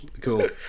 Cool